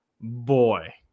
Boy